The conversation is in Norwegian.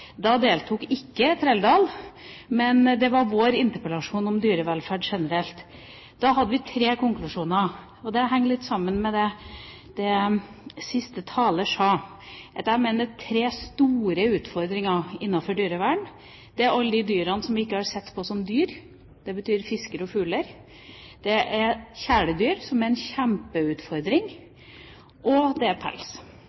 Da deltok ikke Trældal, men det var vår interpellasjon, om dyrevelferd generelt. Da hadde vi tre konklusjoner, og det henger litt sammen med det siste taler sa – jeg mener at det er tre store utfordringer innenfor dyrevern. Det er alle de dyrene som vi ikke har sett på som dyr – fisker og fugler, det er kjæledyr, som er en